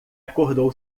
acordou